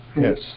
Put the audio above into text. Yes